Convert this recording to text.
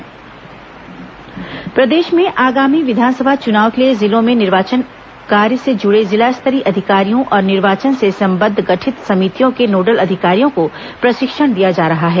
विधानसभा चुनाव प्रशिक्षण प्रदेश में आगामी विधानसभा चुनाव के लिए जिलों में निर्वाचन कार्य से जुड़े जिला स्तरीय अधिकारियों और निर्वाचन से संबंद्व गठित समितियों के नोडल अधिकारियों को प्रशिक्षण दिया जा रहा है